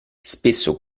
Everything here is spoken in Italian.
spesso